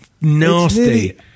nasty